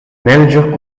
manager